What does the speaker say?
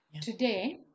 Today